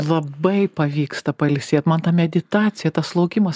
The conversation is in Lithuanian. labai pavyksta pailsėt man ta meditacija tas laukimas